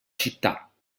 città